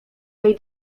tej